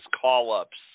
call-ups